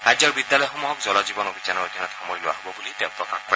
ৰাজ্যৰ বিদ্যালয়সমূহক জল জীৱন অভিযানৰ অধীনত সামৰি লোৱা হ'ব বুলি তেওঁ প্ৰকাশ কৰে